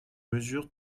mesures